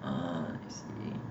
uh